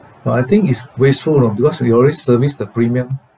but I think it's wasteful you know because we always service the premium